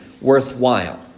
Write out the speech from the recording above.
worthwhile